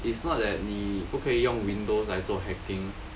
it's not that 你不可以用 windows 来做 hacking